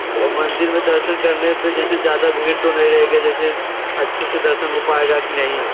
ओ मंदिर में दर्शन करने पर जैसे ज़्यादा भीड़ तो नहीं रहेगी जैसे अच्छे से दर्शन हो पाएगा कि नहीं